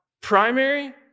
Primary